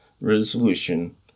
resolution